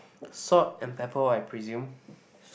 salt and pepper I presume